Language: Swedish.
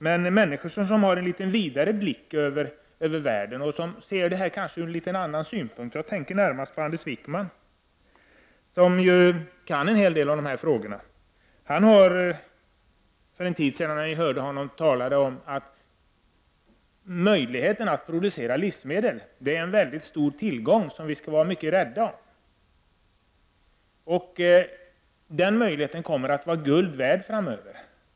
Men människor som har en litet vidare blick över världen ser kanske detta ur en annan synpunkt. Jag tänker närmast på Anders Wijkman som kan en hel del om dessa frågor. Jag hörde honom för en tid sedan tala om att möjligheten att producera livsmedel är en mycket stor tillgång som vi skall vara rädda om. Den möjligheten kommer att vara guld värd framöver.